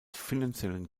finanziellen